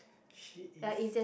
she is